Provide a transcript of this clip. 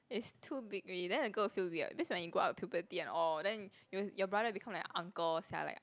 it's too big already then the girl will feel weird because when you grow up puberty and all then you your brother become like uncle sia like